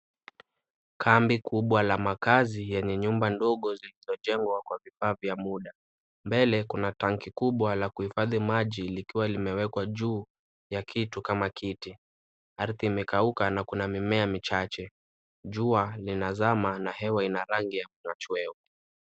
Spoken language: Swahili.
Kambi kubwa la makazi yenye nyumba ndogo zilizo jengwa kwa vipavi ya muda. Mbele kuna tanki kubwa la kuhifadhi maji likiwa limewekwa juu ya kitu kama kiti. Ardhi imekauka na kuna mimea michache. Jua linazama na hewa ina rangi ya kuna chweo.